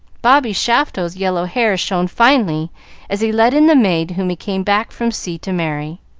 bobby shafto's yellow hair shone finely as he led in the maid whom he came back from sea to marry.